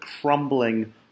crumbling